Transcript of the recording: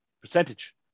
Percentage